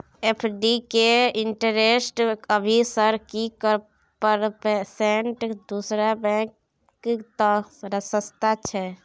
FD के interest अभी sir की परसेंट दूसरा बैंक त सस्ता छः?